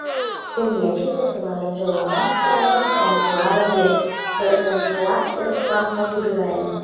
kauniečiai festivalio žiūrovams parodė fransua rablė gargantiua ir pantagriuelis